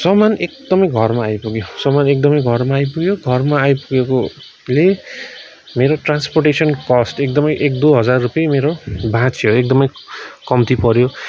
सामान एकदमै घरमा आइपुग्यो सामान एकदमै घरमा आइपुग्यो घरमा आइपुगेकोले मेरो ट्रान्सपोर्टेसन कस्ट एकदमै एक दुई हजार रुपियाँ मेरो बाँच्यो एकदमै कम्ती पऱ्यो